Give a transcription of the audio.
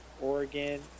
Oregon